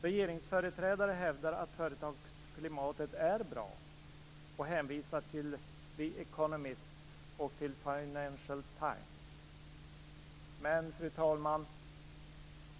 Regeringsföreträdare hävdar att företagsklimatet är bra och hänvisar till The Economist och Financial Times. Fru talman!